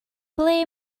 ble